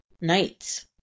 nights